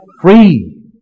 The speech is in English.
free